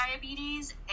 diabetes